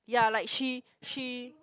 ya like she she